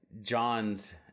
John's